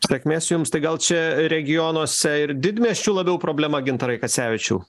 sėkmės jums tai gal čia regionuose ir didmiesčių labiau problema gintarai kacevičiau